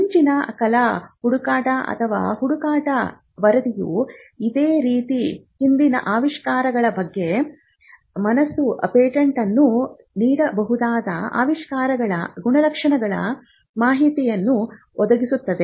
ಮುಂಚಿನ ಕಲಾ ಹುಡುಕಾಟ ಅಥವಾ ಹುಡುಕಾಟ ವರದಿಯು ಇದೇ ರೀತಿಯ ಹಿಂದಿನ ಆವಿಷ್ಕಾರಗಳ ಬಗ್ಗೆ ಮನಸು ಪೇಟೆಂಟನ್ನು ನೀಡಬಹುದಾದ ಆವಿಷ್ಕಾರಗಳ ಗುಣಲಕ್ಷಣದ ಮಾಹಿತಿಯನ್ನು ಒದಗಿಸುತ್ತದೆ